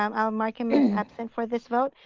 um i will mark him him absent for this vote.